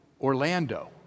Orlando